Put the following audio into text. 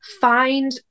find